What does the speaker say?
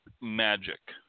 magic